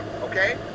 okay